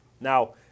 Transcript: Now